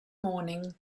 morning